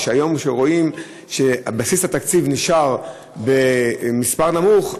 וכיום כשרואים שבסיס התקציב נשאר במספר נמוך,